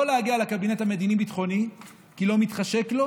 להגיע לקבינט המדיני-ביטחוני כי לא מתחשק לו,